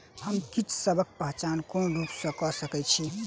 हम कीटसबक पहचान कोन रूप सँ क सके छी?